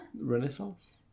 Renaissance